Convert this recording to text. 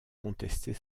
contester